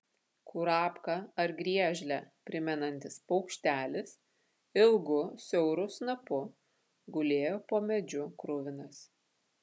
kurapką ar griežlę primenantis paukštelis ilgu siauru snapu gulėjo po medžiu kruvinas